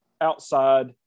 outside